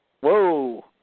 Whoa